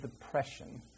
depression